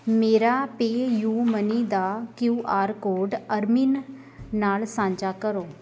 ਮੇਰਾ PayU money ਦਾ Q R code ਅਰਮਿਨ ਨਾਲ ਸਾਂਝਾ ਕਰੋ